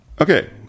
Okay